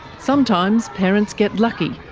sometimes, parents get lucky.